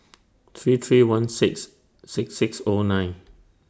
three three one six six six O nine